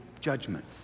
judgment